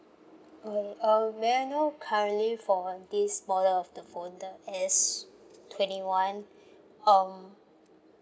okay uh may I know currently for this model of the phone the S twenty one um